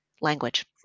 language